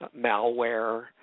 malware